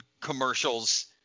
commercials